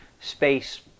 Space